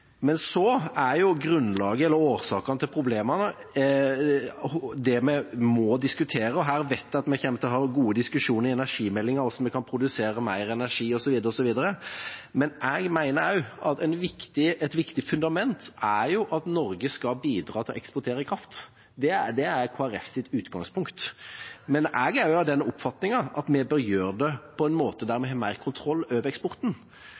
Men så er årsakene til problemene det vi må diskutere. Her vet jeg at vi kommer til å ha gode diskusjoner i energimeldingen om hvordan vi kan produsere mer energi, osv. Jeg mener at et viktig fundament er at Norge skal bidra til å eksportere kraft – det er Kristelig Folkepartis utgangspunkt – men jeg er også av den oppfatningen at vi bør gjøre det på en måte der vi har mer kontroll over eksporten.